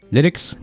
Lyrics